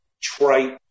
trite